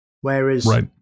Whereas